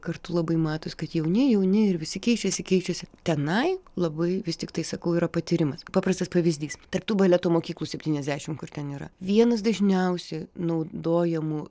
kartu labai matos kad jauni jauni ir visi keičiasi keičiasi tenai labai vis tiktais sakau yra patyrimas paprastas pavyzdys tarp tų baleto mokyklų septyniasdešim kur ten yra vienas dažniausiai naudojamų